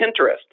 Pinterest